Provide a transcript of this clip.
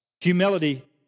Humility